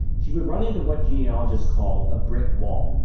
she would run into what genealogists call a brick wall,